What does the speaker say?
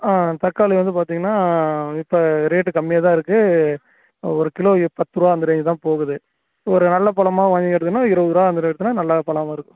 ஆ தக்காளி வந்து பார்த்தீங்கன்னா இப்போ ரேட் கம்மியாகதான் இருக்குது ஒரு கிலோ இப் பத்துருபா அந்த ரேஞ்ச் தான் போகுது ஒரு நல்ல பழமா வாங்கிக்கிறதுனால் இருபதுருவா அந்த ரேட்னா நல்ல பழம் இருக்கும்